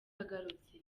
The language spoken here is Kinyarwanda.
agarutse